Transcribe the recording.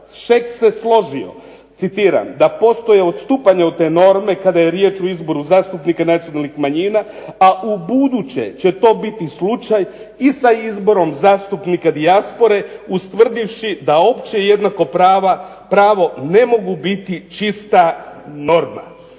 Šeks se složio, citiram: "da postoje odstupanja od te norme kada je riječ u izboru zastupnika nacionalnih manjina, a ubuduće će to biti slučaj i sa izborom zastupnika dijaspore ustvrdivši da opće i jednako pravo ne mogu biti čista norma",